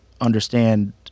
understand